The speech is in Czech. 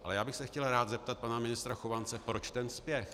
Ale já bych se chtěl rád zeptat pana ministra Chovance, proč ten spěch.